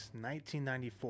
1994